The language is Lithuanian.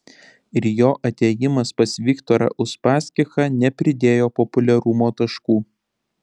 ir jo atėjimas pas viktorą uspaskichą nepridėjo populiarumo taškų